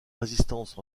résistance